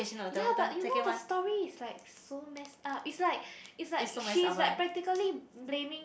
but you know the story is like so messed up is like is like she's like practically blaming